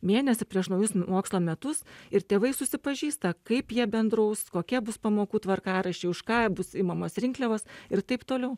mėnesį prieš naujus mokslo metus ir tėvai susipažįsta kaip jie bendraus kokie bus pamokų tvarkaraščiai už ką bus imamos rinkliavos ir taip toliau